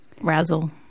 Razzle